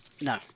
No